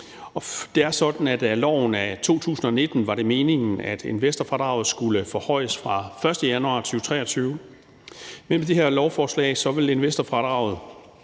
Det er sådan, at med loven fra 2019 var det meningen, at investorfradraget skulle forhøjes fra den 1. januar 2023, men med det her lovforslag vil investorfradraget